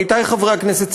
עמיתי חברי הכנסת,